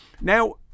Now